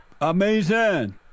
amazing